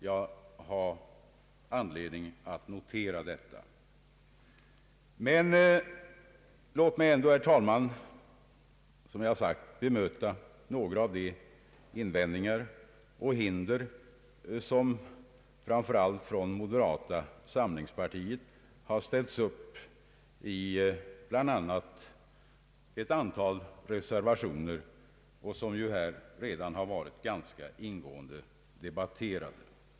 Jag har anledning att notera detta, men låt mig ändå, herr talman, som sagt bemöta några av de invändningar som framför allt moderata samlingspartiet gjort i bl.a. ett antal reservationer och som ju här redan varit ganska ingående debatterade.